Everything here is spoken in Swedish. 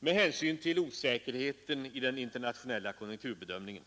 med hänsyn till osäkerheten i den internationella konjunkturbedömningen.